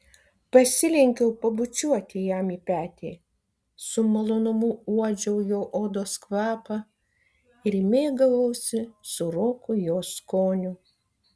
pasilenkiau pabučiuoti jam į petį su malonumu uodžiau jo odos kvapą ir mėgavausi sūroku jos skoniu